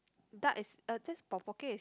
duck is uh is is